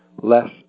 less